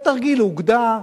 בתרגיל אוגדה.